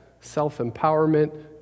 self-empowerment